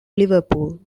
liverpool